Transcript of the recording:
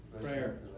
Prayer